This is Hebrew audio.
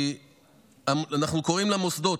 "אנחנו קוראים למוסדות,